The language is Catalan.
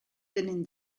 tenen